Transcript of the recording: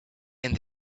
and